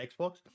Xbox